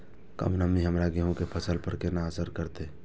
कम नमी हमर गेहूँ के फसल पर केना असर करतय?